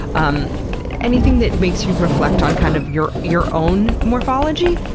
um anything that makes you reflect on, kind of, your your own morphology?